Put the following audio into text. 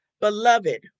beloved